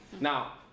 Now